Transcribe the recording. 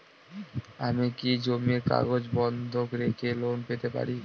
আমি কি জমির কাগজ বন্ধক রেখে লোন পেতে পারি?